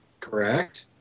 correct